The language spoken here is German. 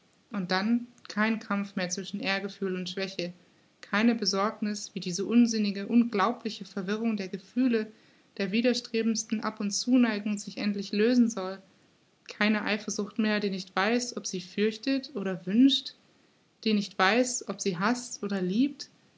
und dann kein kampf mehr zwischen ehrgefühl und schwäche keine besorgniß wie diese unsinnige unglaubliche verwirrung der gefühle der widerstrebendsten ab und zuneigungen sich endlich lösen soll keine eifersucht mehr die nicht weiß ob sie fürchtet oder wünscht die nicht weiß ob sie haßt oder liebt